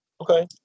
Okay